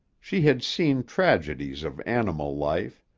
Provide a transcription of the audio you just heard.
she had seen tragedies of animal life,